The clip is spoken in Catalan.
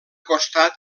costat